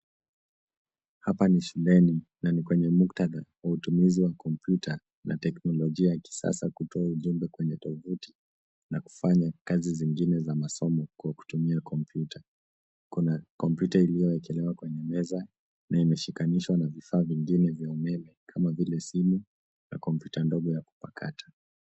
Hapa ni shuleni na ni kwenye muktadha wa utumizi wa kompyuta na teknolojia ya kisasa kutoa ujumbe kwenye tovuti na kufanya kazi zingine za masomo kwa kutumia kompyuta. Kuna kompyuta iliyowekelewa kwenye meza na imeshikanishwa na vifaa vingine vya umeme kama vile simu na kompyuta ndogo ya kupakata.